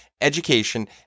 education